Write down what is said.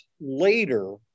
later